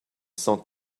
sans